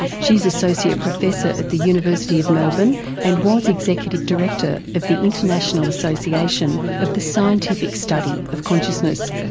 she's associate professor at the university of melbourne and was executive director of the international association of the scientific study of consciousness.